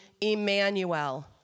Emmanuel